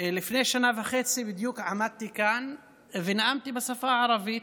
לפני שנה וחצי בדיוק עמדתי כאן ונאמתי בשפה הערבית,